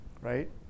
right